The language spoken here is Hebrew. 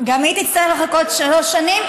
גם היא תצטרך לחכות שלוש שנים.